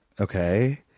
okay